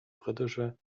britische